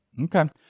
Okay